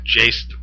Jace